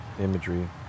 imagery